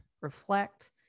reflect